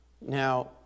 Now